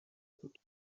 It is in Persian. بود